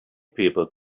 people